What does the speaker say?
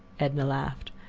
edna laughed.